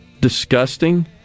disgusting